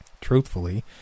truthfully